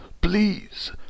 please